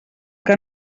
que